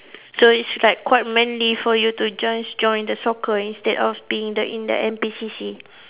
so it's like quite manly for you to just join the soccer instead of being the in the N_P_C_C